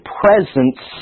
presence